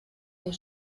der